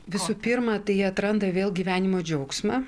visų pirma tai jie atranda vėl gyvenimo džiaugsmą